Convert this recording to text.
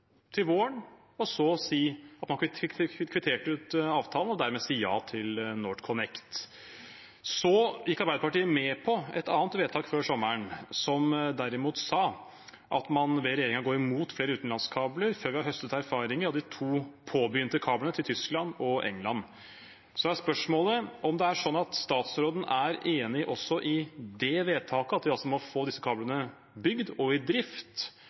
til våren og så si at man fikk kvittert ut avtalen og dermed si ja til NorthConnect. Arbeiderpartiet gikk før sommeren med på et annet forslag om at man derimot «ber regjeringen gå imot flere utenlandskabler før vi har høstet erfaringer av de to påbegynte kablene til Tyskland og Storbritannia.». Så er spørsmålet om statsråden er enig i det også, at vi må få disse kablene bygd og i drift